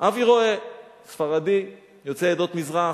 אבי רואה, ספרדי, יוצא עדות המזרח,